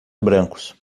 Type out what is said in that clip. brancos